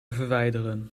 verwijderen